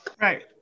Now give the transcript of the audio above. Right